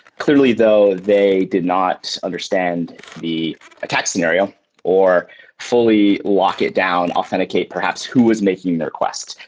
clearly though, they did not understand the attach scenario or fully lock it down, authenticate perhaps who is making the request.